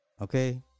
Okay